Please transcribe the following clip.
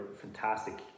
fantastic